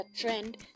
trend